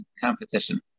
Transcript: competition